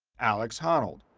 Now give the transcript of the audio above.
alex honnold.